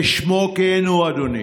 כשמו כן הוא, אדוני,